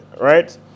right